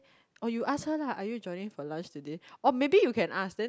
or you ask her lah are you joining for lunch today oh maybe you can ask then